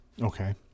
Okay